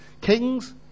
Kings